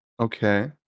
Okay